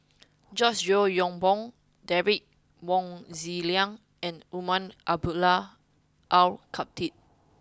George Yeo Yong Boon Derek Wong Zi Liang and Umar Abdullah Al Khatib